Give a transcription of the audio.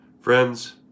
Friends